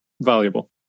valuable